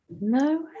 No